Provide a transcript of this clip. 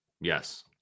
Yes